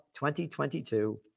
2022